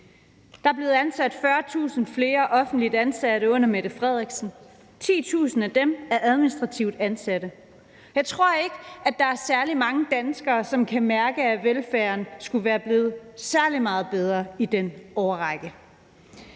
Der er blevet ansat 40.000 flere offentligt ansatte under den nuværende statsminister, og 10.000 af dem er administrativt ansatte. Jeg tror ikke, der er særlig mange danskere, som kan mærke, at velfærden skulle være blevet særlig meget bedre i den årrække.